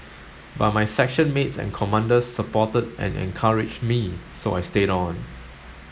but my section mates and commanders supported and encouraged me so I stayed on